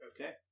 Okay